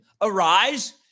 Arise